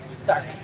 sorry